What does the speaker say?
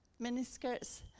miniskirts